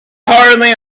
hardly